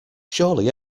surely